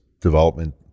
development